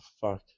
fuck